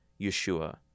Yeshua